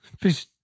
Please